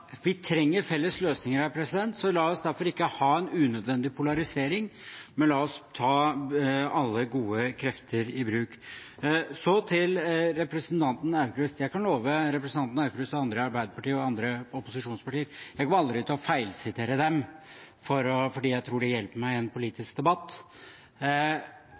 la oss derfor ikke ha en unødvendig polarisering, men la oss ta alle gode krefter i bruk. Så til representanten Aukrust: Jeg kan love representanten Aukrust og andre i Arbeiderpartiet og andre opposisjonspartier at jeg aldri kommer til å feilsitere dem fordi jeg tror det hjelper meg i en politisk debatt.